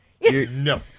No